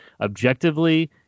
objectively